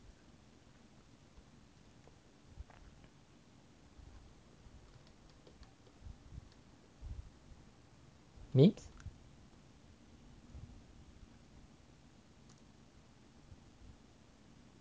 myth